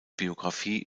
biografie